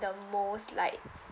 the most like